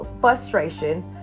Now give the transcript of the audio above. frustration